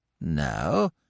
No